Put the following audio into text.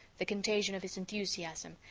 the contagion of his enthusiasm,